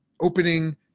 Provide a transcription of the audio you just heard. opening